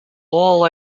all